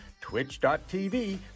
twitch.tv